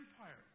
empire